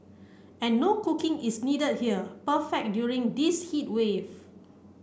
and no cooking is needed here perfect during this heat wave